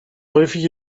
häufig